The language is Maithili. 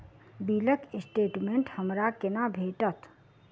बिलक स्टेटमेंट हमरा केना भेटत?